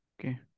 Okay